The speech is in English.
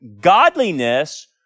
godliness